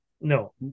No